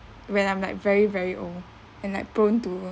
when I'm like very very old and like prone to